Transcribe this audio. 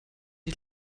die